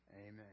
amen